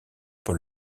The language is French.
pour